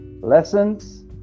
lessons